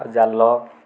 ଜାଲ